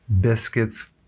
biscuits